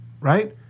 right